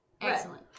Excellent